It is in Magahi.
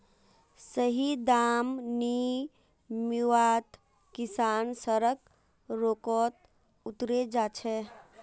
सही दाम नी मीवात किसान सड़क रोकोत उतरे जा छे